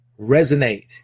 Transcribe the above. resonate